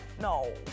No